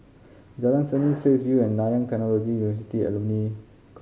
Jalan Seni Straits View and Nanyang University Alumni Club